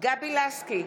גבי לסקי,